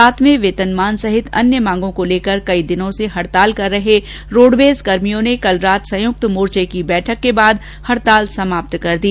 सातवे वेतनमान सहित अन्य मांगों को लेकर कई दिनों से हड़ताल कर रहे रोडवेज कर्मियों ने कल रात संयुक्त मोर्चे की बैठक के बाद हड़ताल समाप्त कर दी